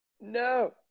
No